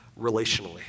relationally